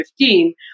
2015